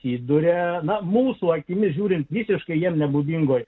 įduria mūsų akimis žiūrint visiškai jam nebūdingoje